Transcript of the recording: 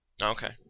Okay